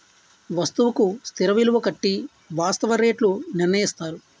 వస్తువుకు స్థిర విలువ కట్టి వాస్తవ రేట్లు నిర్ణయిస్తారు